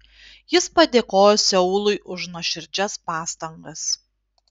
jis padėkojo seului už nuoširdžias pastangas